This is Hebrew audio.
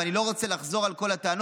ואני לא רוצה לחזור על כל הטענות.